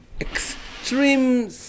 extreme